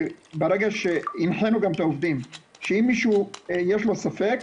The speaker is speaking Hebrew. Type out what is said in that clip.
והנחינו את העובדים שאם למישהו יש ספק,